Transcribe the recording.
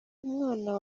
umwana